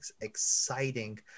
exciting